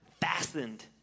Fastened